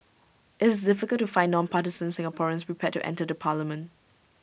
IT is difficult to find non partisan Singaporeans prepared to enter the parliament